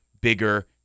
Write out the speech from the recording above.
bigger